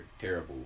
Terrible